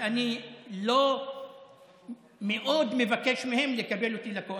ואני לא מאוד מבקש מהם לקבל אותי לקואליציה.